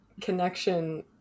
connection